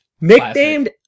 nicknamed